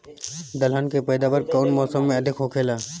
दलहन के पैदावार कउन मौसम में अधिक होखेला?